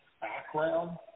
background